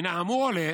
מן האמור עולה